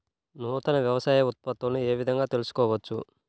నూతన వ్యవసాయ ఉత్పత్తులను ఏ విధంగా తెలుసుకోవచ్చు?